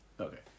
Okay